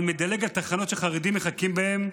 אבל מדלג על תחנות שחרדים מחכים בהן.